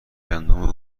گندم